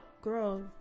Girl